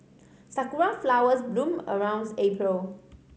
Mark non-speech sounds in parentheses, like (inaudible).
sakura flowers bloom around (unintelligible) April